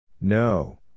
No